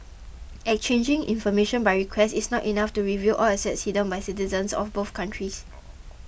exchanging information by request is not enough to reveal all assets hidden by citizens of both countries